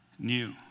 new